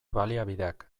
baliabideak